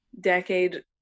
decade